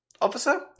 officer